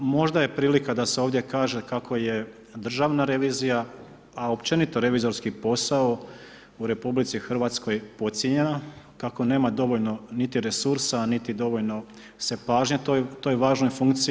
Možda je prilika, da se ovdje kaže, kako je državna revizija, a i općenito revizorski posao u RH podcijenjeno, kako nema dovoljno niti resursa, niti dovoljno se pažnje toj važnoj funkciji.